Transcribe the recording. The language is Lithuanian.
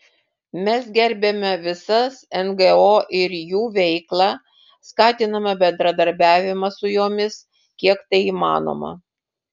mes gerbiame visas ngo ir jų veiklą skatiname bendradarbiavimą su jomis kiek tai įmanoma